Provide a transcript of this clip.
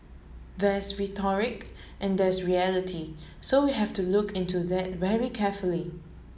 there's rhetoric and there's reality so we have to look into that very carefully